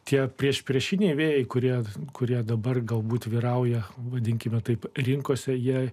tie priešpriešiniai vėjai kurie kuria dabar galbūt vyrauja vadinkime taip rinkose jei